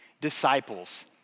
disciples